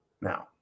Now